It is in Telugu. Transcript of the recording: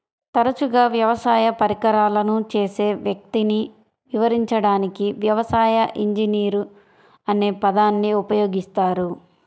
తరచుగా వ్యవసాయ పరికరాలను చేసే వ్యక్తిని వివరించడానికి వ్యవసాయ ఇంజనీర్ అనే పదాన్ని ఉపయోగిస్తారు